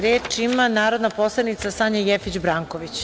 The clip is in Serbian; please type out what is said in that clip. Reč ima narodna poslanica Sanja Jefić Branković.